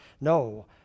no